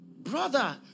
Brother